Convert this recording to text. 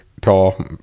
tall